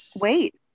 Wait